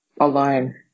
alone